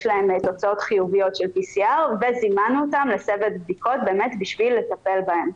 להם תוצאות חיוביות של PCR וזימנו אותם לסבב בדיקות באמת בשביל לטפל בהם.